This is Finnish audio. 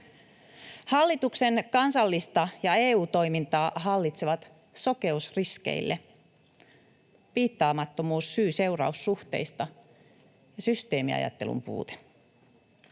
Hallituksen kansallista ja EU-toimintaa hallitsevat sokeus riskeille, piittaamattomuus syy-seuraussuhteista ja systeemiajattelun puute,